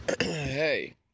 Hey